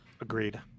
Agreed